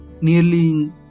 nearly